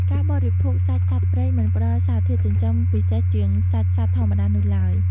ការបរិភោគសាច់សត្វព្រៃមិនផ្តល់សារធាតុចិញ្ចឹមពិសេសជាងសាច់សត្វធម្មតានោះឡើយ។